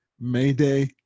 Mayday